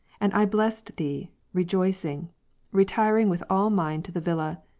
and i blessed thee, rejoicing retiring with all mine to the villa.